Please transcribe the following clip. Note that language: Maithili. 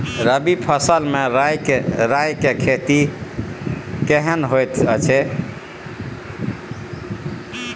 रबी फसल मे राई के खेती केहन होयत अछि?